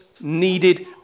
needed